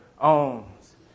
owns